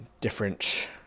different